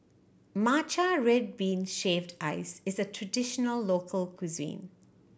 matcha red bean shaved ice is a traditional local cuisine